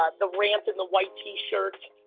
ah the rant in the white t-shirt,